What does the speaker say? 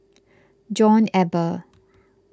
John Eber